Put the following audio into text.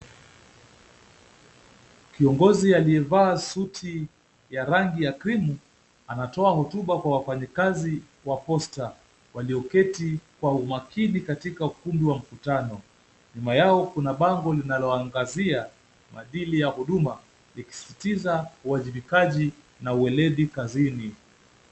Kiongozi aliyevaa suti ya rangi ya krimu, anatoa hotuba kwa wafanyakazi wa posta walio keti kwa umakini katika ukumbi wa mkutano, nyuma yao kuna bango linaloangazia madhili ya huduma, likisitiza uwajibikaji na uelevi kazini.